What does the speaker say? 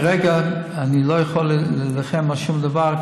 כרגע אני לא יכול להילחם על שום דבר,